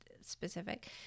specific